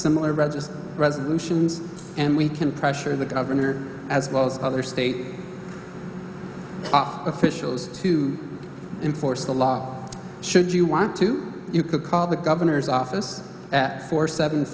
register resolutions and we can pressure the governor as well as other state officials to enforce the law should you want to you could call the governor's office at four seven